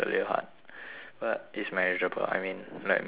but it's manageable I mean like me